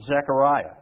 Zechariah